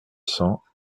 cents